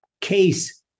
case